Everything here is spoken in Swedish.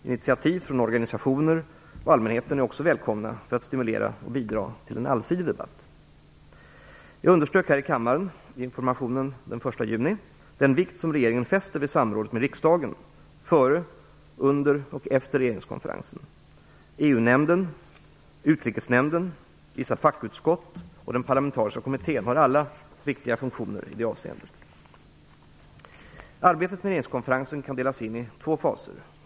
Initiativ från organisationer och allmänheten är också välkomna för att stimulera och bidra till en allsidig debatt. Jag underströk här i kammaren vid informationen den 1 juni den vikt som regeringen fäster vid samrådet med riksdagen före, under och efter regeringskonferensen. EU-nämnden, Utrikesnämnden, vissa fackutskott och den parlamentariska kommittén har alla viktiga funktioner i det avseendet. Arbetet med regeringskonferensen kan delas in i två faser.